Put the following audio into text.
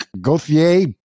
Gauthier